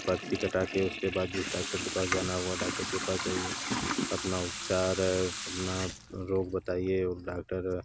पर्ची कटा के उसके बाद जिस डाक्टर के पास जाना है वह डाक्टर के पास जाइए अपना उपचार है अपना रोग बताइए और डाक्टर